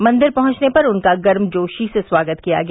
मंदिर पहुंचने पर उनका गर्मजोशी से स्वागत किया गया